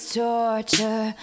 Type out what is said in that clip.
torture